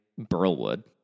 burlwood